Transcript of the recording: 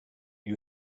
you